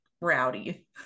rowdy